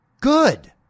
Good